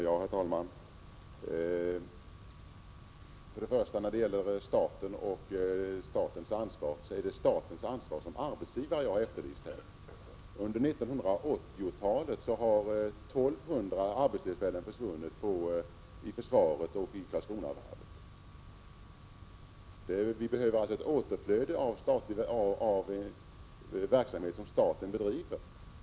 Herr talman! När det gäller statens ansvar är det statens ansvar som arbetsgivare jag efterlyser. Under 1980-talet har 1 200 arbetstillfällen försvunnit inom försvaret och Karlskronavarvet. Vi behöver alltså ett återflöde av sådan verksamhet som staten bedriver.